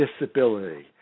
disability